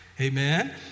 Amen